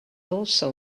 also